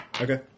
Okay